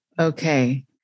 Okay